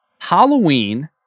Halloween